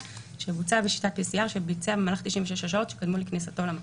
שבוצעה בשיטת PCR שביצע במהלך 96 השעות שקדמו לכניסתו למקום."